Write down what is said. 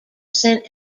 sent